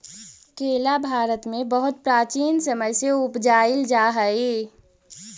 केला भारत में बहुत प्राचीन समय से उपजाईल जा हई